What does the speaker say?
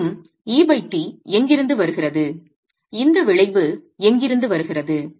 மேலும் et எங்கிருந்து வருகிறது இந்த விளைவு எங்கிருந்து வருகிறது